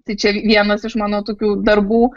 tai čia vienas iš mano tokių darbų